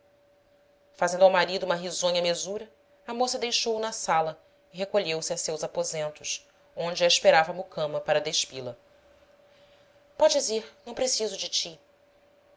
fazendo ao marido uma risonha mesura a moça deixou-o na sala e recolheu-se a seus aposentos onde a esperava a mucama para despi la podes ir não preciso de ti